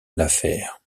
l’affaire